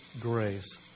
grace